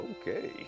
okay